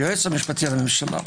היועץ המשפטי לממשלה.